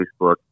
Facebook